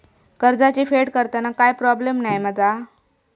कर्जाची फेड करताना काय प्रोब्लेम नाय मा जा?